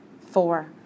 four